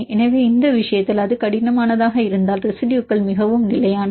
எனவே இந்த விஷயத்தில் அது கடினமானதாக இருந்தால் ரெசிடுயுகள் மிகவும் நிலையானவை